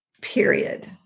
period